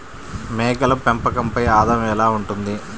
మేకల పెంపకంపై ఆదాయం ఎలా ఉంటుంది?